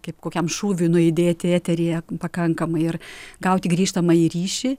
kaip kokiam šūviui nuaidėti eteryje pakankamai ir gauti grįžtamąjį ryšį